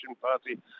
Party